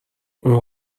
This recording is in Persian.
اون